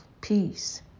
peace